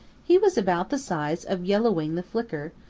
he was about the size of yellow wing the flicker,